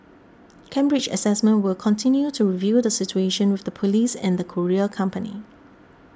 Cambridge Assessment will continue to review the situation with the police and the courier company